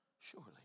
surely